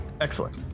Excellent